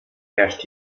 herrscht